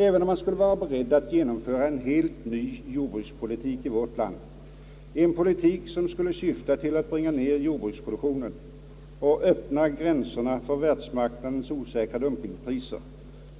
Även om man skulle vara beredd att genomföra en helt ny jordbrukspolitik i vårt land, en politik som skulle syfta till att bringa ned jordbruksproduktionen och öppna gränserna för världsmarknadens osäkra dumpingpriser,